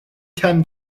tend